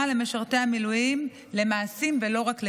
למשרתי המילואים למעשים ולא רק לדיבורים.